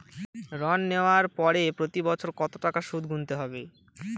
ঋণ নেওয়ার পরে প্রতি বছর কত টাকা সুদ গুনতে হবে?